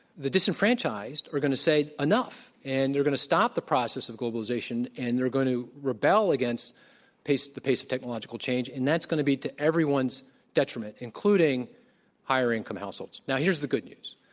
the disenfranchised are going to say, enough! and they're going to stop the process of globalization, and they're going to rebel against the pace of technological change, and that's going to be to everyone's detriment, including higher income households. now, here's the good news.